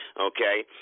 Okay